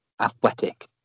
athletic